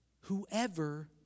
Whoever